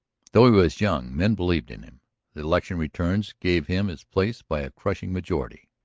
though he was young, men believed in him. the election returns gave him his place by a crushing majority.